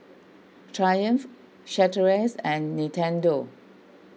Triumph Chateraise and Nintendo